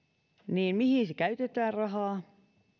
niin mihin käytetään rahaa